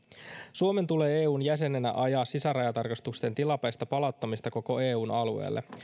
suomen tulee eun jäsenenä ajaa sisärajatarkastusten tilapäistä palauttamista koko eu alueelle